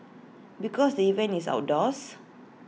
because the event is outdoors